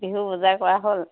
বিহুৰ বজাৰ কৰা হ'ল